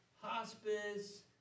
hospice